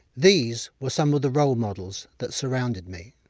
these, were some of the role-models that surrounded me.